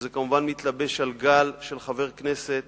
וזה כמובן מתלבש על גל של חבר כנסת